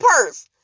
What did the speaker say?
purse